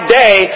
day